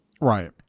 Right